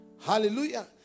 Hallelujah